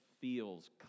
feels